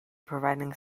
providing